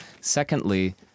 Secondly